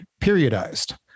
periodized